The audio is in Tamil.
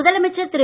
முதலமைச்சர் திரு